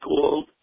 called